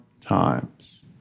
times